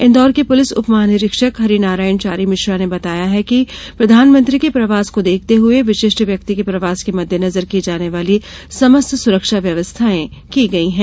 इन्दौर के पुलिस उप महानिरीक्षक हरिनारायण चारी मिश्रा ने बताया है कि प्रधानमंत्री के प्रवास को देखते हुए विशिष्ट व्यक्ति के प्रवास के मद्देनजर की जाने वाली समस्त सुरक्षा व्यवस्थाएं की गई हैं